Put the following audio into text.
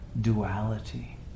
duality